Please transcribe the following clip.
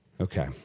Okay